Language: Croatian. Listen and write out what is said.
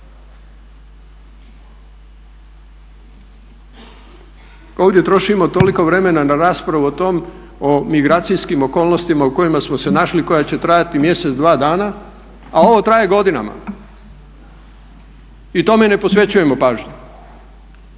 Ovdje trošimo toliko vremena na raspravu o migracijskim okolnostima u kojima smo se našli koja će trajati mjesec, dva dana, a ovo traje godinama i tome ne posvećujemo pažnju.